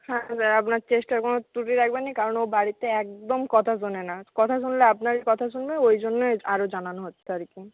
হ্যাঁ স্যার আপনার চেষ্টার কোনো ত্রুটি রাখবেন না কারণ ও বাড়িতে একদম কথা শোনে না কথা শুনলে আপনারই কথা শুনবে ওই জন্যই আরও জানানো হচ্ছে আর কি